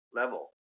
level